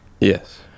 Yes